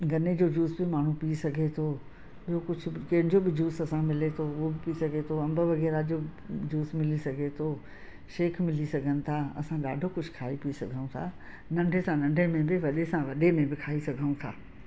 गन्ने जो जूस बि माण्हू पी सघे थो ॿियो कुझु कंहिंजो बि जूस असां मिले थो उहो बि पी सघे थो अंब वग़ैरह जो जूस मिली सघे थो शेक मिली सघनि था असां ॾाढो कुझु खाई पी सघूं था नंढे सां नंढे में बि वॾे सां वॾे में बि खाई सघूं था